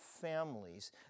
families